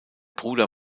bruder